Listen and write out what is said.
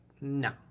no